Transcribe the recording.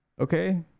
Okay